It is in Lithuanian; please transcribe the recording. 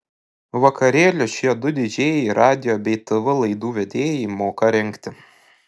vakarėlius šie du didžėjai radijo bei tv laidų vedėjai moka rengti